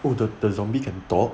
oh the the zombie can talk